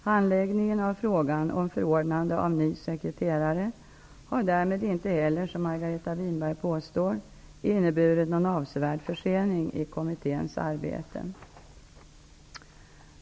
Handläggningen av frågan om förordnande av ny sekreterare har därmed inte heller, som Margareta Winberg påstår, inneburit någon avsevärd försening i kommitténs arbete.